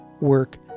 work